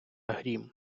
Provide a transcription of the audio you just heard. грім